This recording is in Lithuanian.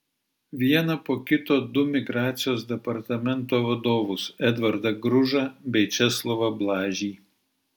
vieną po kito du migracijos departamento vadovus edvardą gružą bei česlovą blažį